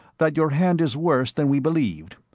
that your hand is worse than we believed.